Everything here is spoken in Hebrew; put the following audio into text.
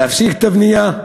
להפסיק את הבנייה,